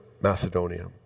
Macedonia